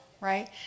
right